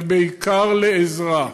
ובעיקר לעזרה,